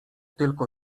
tylko